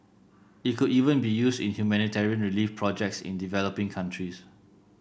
it could even be used in humanitarian relief projects in developing countries